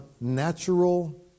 natural